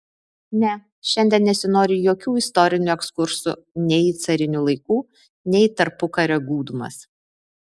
ne šiandien nesinori jokių istorinių ekskursų nei į carinių laikų nei į tarpukario gūdumas